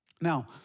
Now